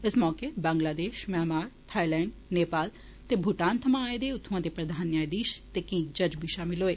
इस मौके Bangladesh Myanmar Thailand Nepal ते भूटान थमां आए दे उत्थू दे प्रधान न्यायधीश ते केई जज बी शामल होऐ